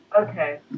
Okay